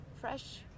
fresh